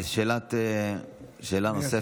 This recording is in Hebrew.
שאלה נוספת,